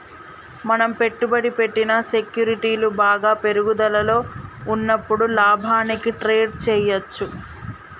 మనం పెట్టుబడి పెట్టిన సెక్యూరిటీలు బాగా పెరుగుదలలో ఉన్నప్పుడు లాభానికి ట్రేడ్ చేయ్యచ్చు